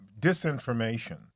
disinformation